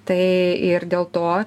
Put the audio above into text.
tai ir dėl to